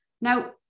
Now